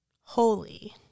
holy